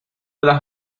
las